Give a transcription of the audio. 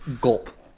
gulp